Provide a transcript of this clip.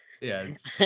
yes